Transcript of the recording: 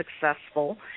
successful